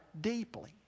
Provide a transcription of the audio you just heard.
deeply